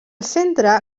centre